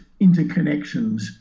interconnections